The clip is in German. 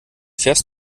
fährst